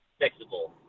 fixable